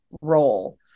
role